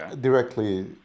directly